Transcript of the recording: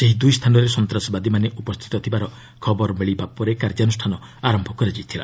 ସେହି ଦୁଇ ସ୍ଥାନରେ ସନ୍ତାସବାଦୀମାନେ ଉପସ୍ଥିତ ଥିବାର ଖବର ମିଳିବା ପରେ କାର୍ଯ୍ୟାନୁଷ୍ଠାନ ଆରମ୍ଭ ହୋଇଥିଲା